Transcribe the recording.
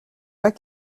pas